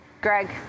greg